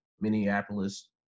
Minneapolis